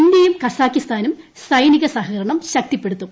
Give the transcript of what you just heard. ഇന്തൃയും ഖസാകിസ്ഥാനും സൈനിക സഹകരണം ശക്തിപ്പെടുത്തും